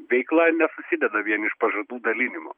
veikla nesusidedavien iš pažadų dalinimo